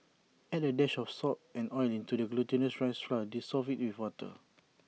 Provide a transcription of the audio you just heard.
add A dash of salt and oil into the glutinous rice flour dissolve IT with water